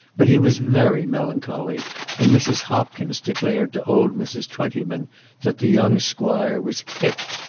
but he was very melancholy and mrs. hopkins declared to old mrs. twentyman that the young squire was hipped,